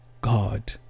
God